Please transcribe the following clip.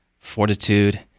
Fortitude